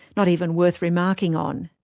not even worth remarking on.